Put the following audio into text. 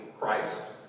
Christ